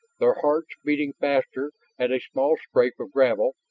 their hearts beating faster at a small scrape of gravel,